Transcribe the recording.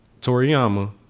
Toriyama